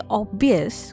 obvious